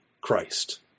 Christ